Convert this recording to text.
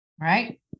right